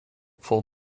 full